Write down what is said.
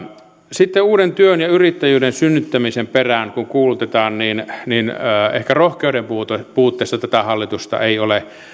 sitten uuden työn ja yrittäjyyden synnyttämisen perään kun kuulutetaan niin niin ehkä rohkeuden puutteesta puutteesta tätä hallitusta ei ole